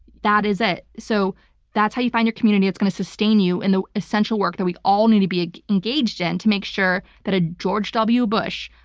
that is it. so that's how you find your community. it's going to sustain you in the essential work that we all need to be engaged in to make sure that a george w. bush,